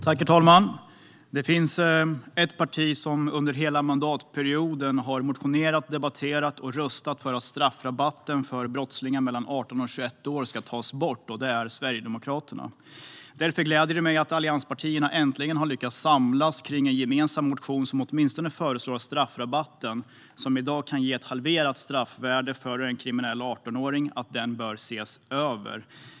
Herr talman! Det finns ett parti som under hela mandatperioden har motionerat, debatterat och röstat för att straffrabatten för brottslingar mellan 18 och 21 år ska tas bort, och det är Sverigedemokraterna. Därför gläder det mig att allianspartierna äntligen har lyckats samlas kring en gemensam motion som åtminstone föreslår att straffrabatten, som i dag kan ge ett halverat straffvärde för en kriminell 18-åring, bör ses över.